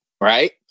right